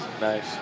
nice